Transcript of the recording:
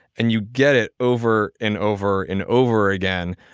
and you get it over and over and over again,